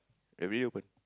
everyday open